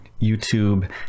YouTube